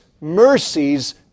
mercies